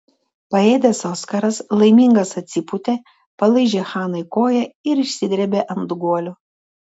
paėdęs oskaras laimingas atsipūtė palaižė hanai koją ir išsidrėbė ant guolio